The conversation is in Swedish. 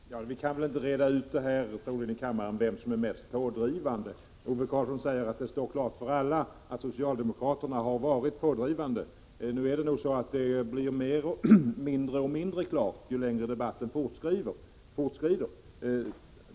Fru talman! Vi kan troligen inte reda ut här i kammaren vem som är mest pådrivande. Ove Karlsson säger att det står klart för alla att socialdemokraterna har varit pådrivande. Det blir nog mindre och mindre klart, ju längre debatten fortskrider.